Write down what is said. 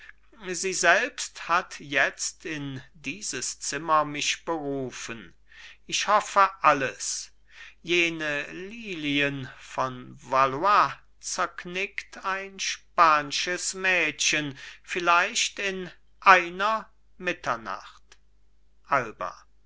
sie selbst hat jetzt in dieses zimmer mich berufen ich hoffe alles jene lilien von valois zerknickt ein span'sches mädchen vielleicht in einer mitternacht alba